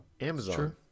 Amazon